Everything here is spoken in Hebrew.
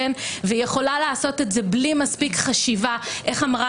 והיא יכולה לעשות את זה בלי מספיק חשיבה איך אמרה